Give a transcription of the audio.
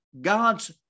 God's